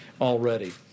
already